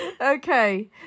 okay